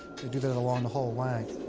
you do that along the whole length,